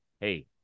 hey